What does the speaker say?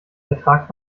vertrag